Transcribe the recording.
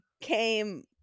came